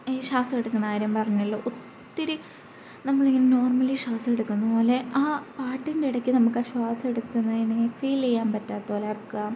ഈ ശ്വാസം എടുക്കുന്ന കാര്യം പറഞ്ഞല്ലോ ഒത്തിരി നമ്മളിങ്ങനെ നോർമലി ശ്വാസം എടുക്കുന്നതുപോലെ ആ പാട്ടിൻ്റെ ഇടയ്ക്ക് നമ്മൾക്ക് ആ ശ്വാസം എടുക്കുന്നതിന്ന് ഫീൽ ചെയ്യാൻ പറ്റാത്ത പോലെ അക്കുക